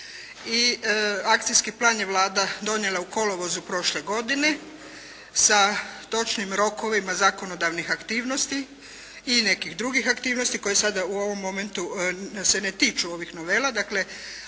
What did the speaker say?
I akcijski plan je Vlada donijela u kolovozu prošle godine, sa točnim rokovima zakonodavnih aktivnosti i nekih drugih aktivnosti koje sada u ovom momentu se ne tiču ovih novela.